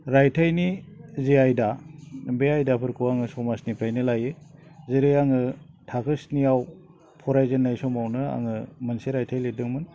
रायथाइनि जे आयदा बे आयदाफोरखौ आङो समाजनिफ्रायनो लायो जेरै आङो थाखो स्निआव फरायजेन्नाय समावनो आङो मोनसे रायथाइ लिरदोंमोन